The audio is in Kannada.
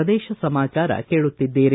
ಪ್ರದೇಶ ಸಮಾಚಾರ ಕೇಳುತ್ತಿದ್ದೀರಿ